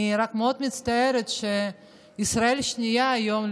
אני רק מצטערת מאוד שישראל השנייה היום,